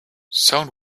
sound